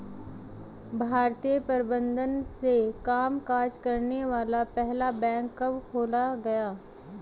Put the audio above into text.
भारतीय प्रबंधन से कामकाज करने वाला पहला बैंक कब खोला गया?